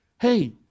Hey